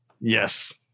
Yes